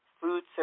food